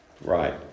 Right